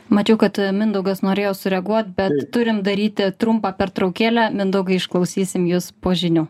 mačiau kad mindaugas norėjo sureaguot bet turim daryti trumpą pertraukėlę mindaugai išklausysim jus po žinių